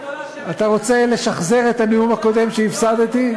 אתה רוצה לשחזר את הנאום הקודם שהפסדתי?